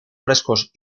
frescos